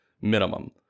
minimum